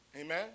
Amen